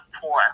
poor